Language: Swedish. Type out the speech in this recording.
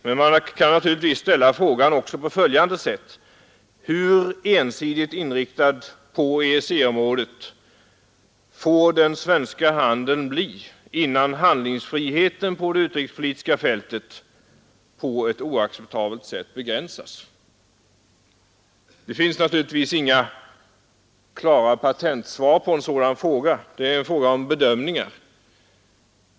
Men man kan också ställa frågan så: Hur ensidigt inriktad på EEC-området får den svenska handeln bli innan handlingsfriheten på det utrikespolitiska fältet på ett oacceptabelt sätt begränsas? Det finns inget patentsvar på detta — det är en fråga om bedömning.